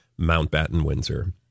Mountbatten-Windsor